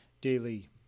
daily